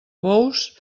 bous